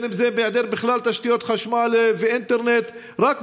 אם מהיעדר תשתיות חשמל ואינטרנט בכלל.